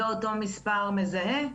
ואותו מספר מזהה,